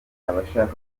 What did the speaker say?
abashaka